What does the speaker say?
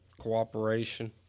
cooperation